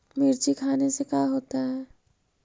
मिर्ची खाने से का होता है?